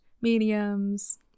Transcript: mediums